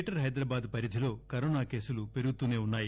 greater Hyderabad పరిధిలో corona కేసులు పెరుగుతూసే ఉన్నాయి